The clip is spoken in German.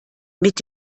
mit